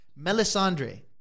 Melisandre